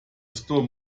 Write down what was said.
store